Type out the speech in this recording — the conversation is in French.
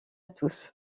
tous